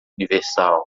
universal